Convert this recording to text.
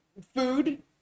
food